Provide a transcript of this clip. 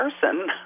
person